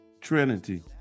Trinity